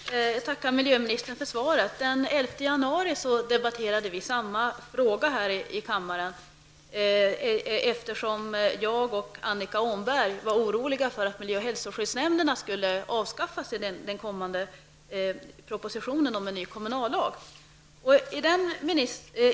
Herr talman! Jag tackar miljöministern för svaret. Den 11 januari debatterade vi samma fråga här i kammaren, eftersom jag och Annika Åhnberg var oroliga för att propositionen om en ny kommunallag skulle innehålla förslag om att avskaffa miljö och hälsoskyddsnämnderna.